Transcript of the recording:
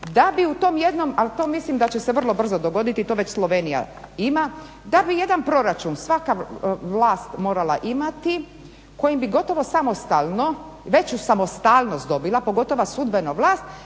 da bi u tom jednom a to mislim da će se vrlo brzo dogoditi, to već Slovenija ima da bi jedan proračun svaka vlast morala imati kojim bi gotovo samostalno, veću samostalnost dobila, pogotovo sudbena vlast